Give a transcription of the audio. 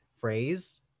phrase